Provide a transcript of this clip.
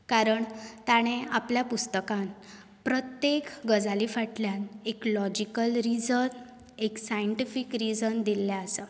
कारण ताणें आपल्या पुस्तकांत प्रत्येक गजाली फाटल्यान एक लॉजिकल रिजन एक सायण्टिफीक रिजन दिल्लें आसा